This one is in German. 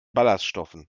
ballaststoffen